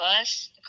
bus